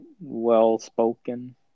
well-spoken